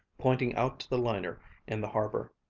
pointing out to the liner in the harbor.